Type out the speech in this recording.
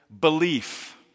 belief